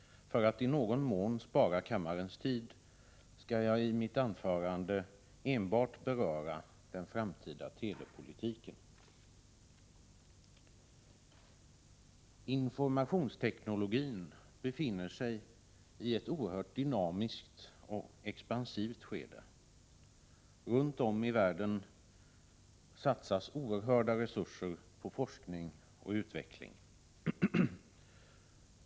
För att i någon mån spara kammarens tid skall jag i mitt anförande beröra endast den framtida telepolitiken. Informationsteknologin befinner sig i ett oerhört dynamiskt och expansivt skede. Runt om i världen satsas oerhörda resurser på forskning och utveckling.